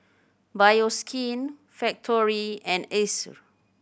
Bioskin Factorie and Acer